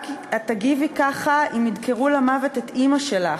"את תגיבי ככה אם ידקרו למוות את אימא שלך",